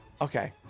Okay